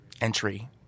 entry